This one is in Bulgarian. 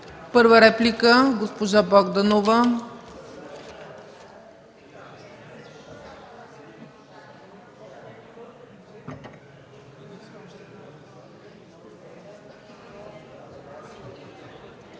Първа реплика – госпожа Богданова.